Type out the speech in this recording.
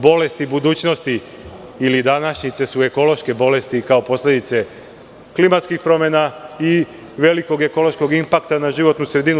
Bolesti budućnosti ili današnjice su ekološke bolesti kao posledice klimatskih promena i velikog ekološkog impakta na životnu sredinu.